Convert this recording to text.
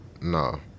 no